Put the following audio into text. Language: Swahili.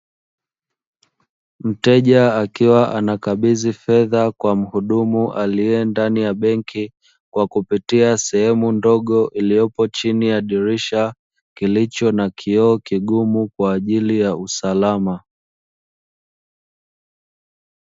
Mteja akiwa anakabidhi fedha kwa muhudumu aliye ndani ya benki kwa kupitia sehemu ndogo iliyopo chini ya dirisha kilicho na kioo kigumu kwa ajili ya usalama.